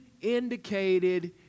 indicated